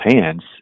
hands